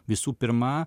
visų pirma